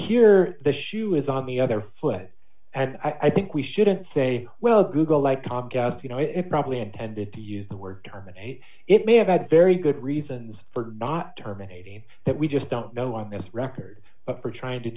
here the shoe is on the other foot and i think we shouldn't say well google like cobb you know it probably intended to use the word terminate it may have had very good reasons for not terminating that we just don't know why it's record for trying to